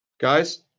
Guys